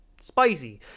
spicy